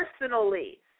personally